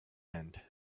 end